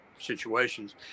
situations